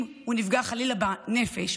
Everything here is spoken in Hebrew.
אם הוא נפגע חלילה בנפש,